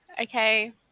okay